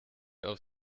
auf